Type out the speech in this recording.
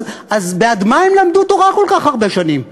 אז בעד מה הם למדו תורה כל כך הרבה שנים,